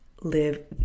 live